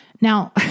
Now